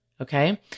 Okay